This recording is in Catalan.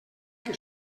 que